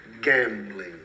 gambling